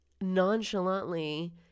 nonchalantly